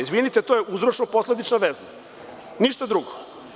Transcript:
Izvinite, to je uzročno posledična veza, ništa drugo.